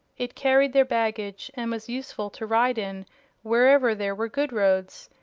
it carried their baggage and was useful to ride in wherever there were good roads,